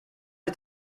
est